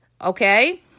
Okay